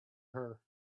her